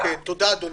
תודה, אדוני.